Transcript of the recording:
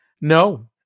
No